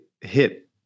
hit